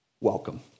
Welcome